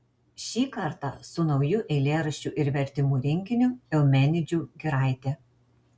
šį kartą su nauju eilėraščių ir vertimų rinkiniu eumenidžių giraitė